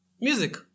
Music